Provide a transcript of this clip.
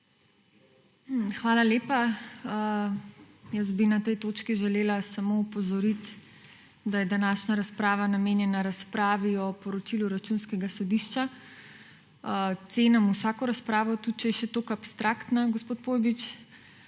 Hvala lepa. Na tej točki bi želela samo opozoriti, da je današnja razprava namenjena razpravi o poročilu Računskega sodišča. Cenim vsako razpravo, tudi če je še tako abstraktna, gospod Pojbič,